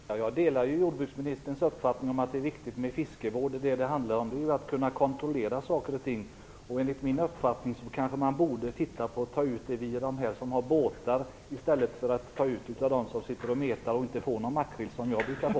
Herr talman! Jag delar jordbruksministerns uppfattning om att det är viktigt med fiskevård. Det handlar om att kunna kontrollera saker och ting. Enligt min uppfattning kanske man borde ta ut avgiften via dem som har båtar i stället för att ta ut den av dem som sitter och metar och inte får någon makrill, som jag brukar få.